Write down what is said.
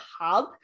Hub